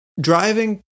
driving